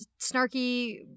snarky